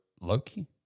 Loki